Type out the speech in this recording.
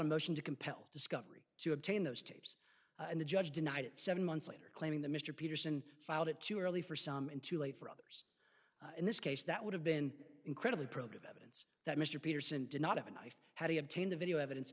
a motion to compel discovery to obtain those tapes and the judge denied it seven months later claiming that mr peterson filed it too early for some and too late for others in this case that would have been incredibly productive evidence that mr peterson did not have a knife how do you obtain the video evidence